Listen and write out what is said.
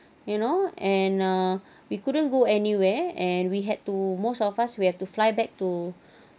you know and uh we couldn't go anywhere and we had to most of us we have to fly back to